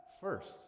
first